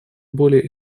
более